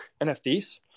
NFTs